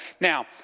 Now